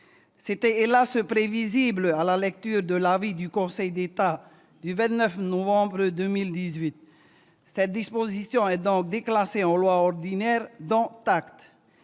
C'était, hélas, prévisible à la lecture de l'avis du Conseil d'État du 29 novembre 2018. Cette disposition est donc déclassée en loi ordinaire : dont acte.